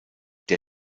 der